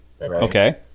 Okay